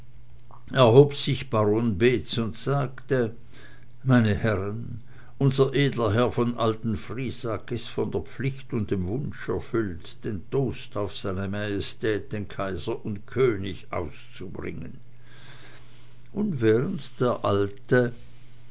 erhob sich baron beetz und sagte meine herren unser edler herr von alten friesack ist von der pflicht und dem wunsch erfüllt den toast auf seine majestät den kaiser und könig auszubringen und während der alte